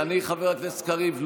חבר הכנסת קריב,